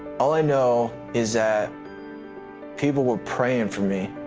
all i know is that people were praying for me.